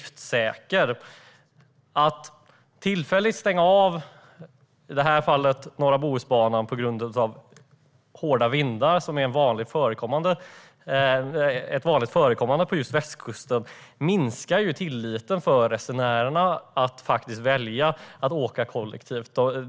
Att som i det här fallet tillfälligt stänga av norra Bohusbanan på grund av hårda vindar, vilket är vanligt förekommande på västkusten, minskar ju tilliten hos resenärerna. Färre väljer då att åka kollektivt.